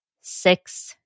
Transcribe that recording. six